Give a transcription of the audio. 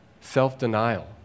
Self-denial